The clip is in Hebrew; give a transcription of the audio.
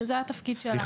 שזה התפקיד שלה.